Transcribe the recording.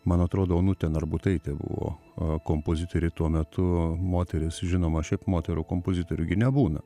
man atrodo onutė narbutaitė buvo kompozitorė tuo metu moteris žinoma šiaip moterų kompozitorių gi nebūna